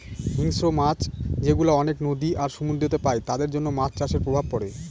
হিংস্র মাছ যেগুলা অনেক নদী আর সমুদ্রেতে পাই তাদের জন্য মাছ চাষের প্রভাব পড়ে